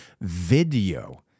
video